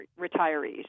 retirees